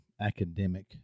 academic